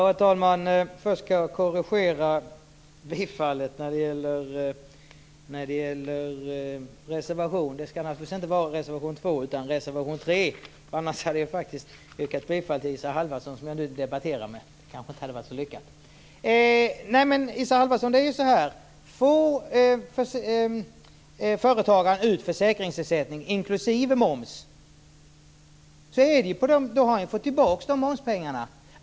Herr talman! Jag vill först korrigera mitt yrkande. Jag yrkar inte bifall till reservation 2 utan till reservation 3. I annat fall hade jag faktiskt yrkat bifall till reservationen från Isa Halvarsson, som jag just nu debatterar med, och det hade inte varit så lyckat. Isa Halvarsson! Det är så här. Får företagaren ut försäkringsersättning inklusive moms, får han ju tillbaka momspengarna.